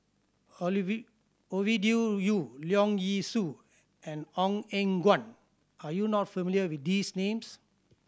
Ovidia Yu Leong Yee Soo and Ong Eng Guan are you not familiar with these names